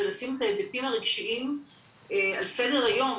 זה לשים את ההיבטים הרגשיים על סדר היום,